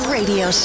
Radio